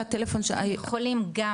לטלפון של -- הם יכולים גם,